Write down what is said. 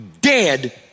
dead